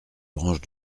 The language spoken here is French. branche